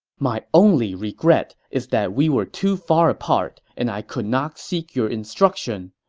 my only regret is that we were too far apart and i could not seek your instruction.